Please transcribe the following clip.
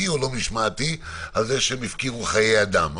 או לא משמעתי על זה שהם הפקירו חיי אדם.